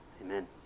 Amen